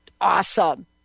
awesome